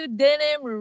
denim